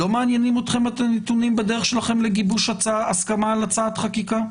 לא מעניינים אתכם הנתונים בדרך שלכם לגיבוש הסכמה על הצעת חקיקה?